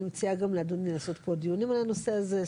אני מציעה גם לאדוני גם לעשות פה דיונים על הנושא הזה,